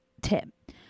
tip